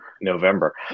November